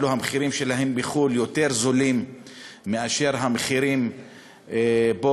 המחירים שלהם בחו"ל יותר זולים מאשר המחירים פה,